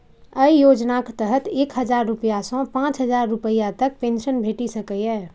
अय योजनाक तहत एक हजार रुपैया सं पांच हजार रुपैया तक पेंशन भेटि सकैए